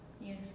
yes